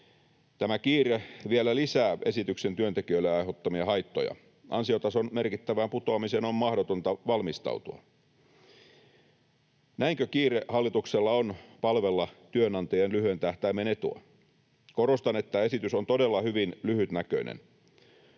Tämä kiire vielä lisää esityksen työntekijöille aiheuttamia haittoja. Ansiotason merkittävään putoamiseen on mahdotonta valmistautua. Näinkö kiire hallituksella on palvella työnantajan lyhyen tähtäimen etua? Korostan, että esitys on todella hyvin lyhytnäköinen.